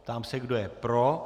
Ptám se, kdo je pro.